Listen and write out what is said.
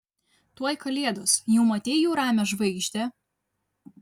tuoj kalėdos jau matei jų ramią žvaigždę